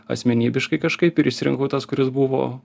asmenybiškai kažkaip ir išsirinkau tas kuris buvo